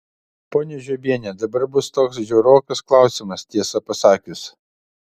ponia žiobiene dabar bus toks žiaurokas klausimas tiesą pasakius